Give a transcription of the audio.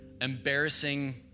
embarrassing